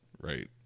right